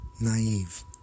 naive